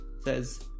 says